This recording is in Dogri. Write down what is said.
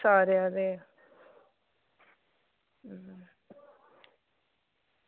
सारे आये दे हे